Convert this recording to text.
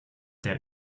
der